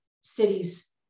cities